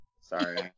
sorry